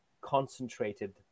concentrated